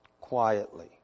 quietly